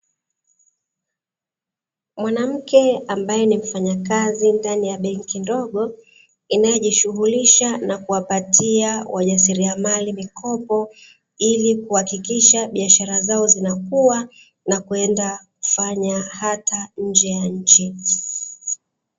Mwanamke ambaye ni mfanyakazi ndani ya benki ndogo inayojishughulisha na kuwapatia wajasiriamali mikopo, ili kuhakikisha biashara zao zinakua na kwenda kufanya hata nje ya nchi.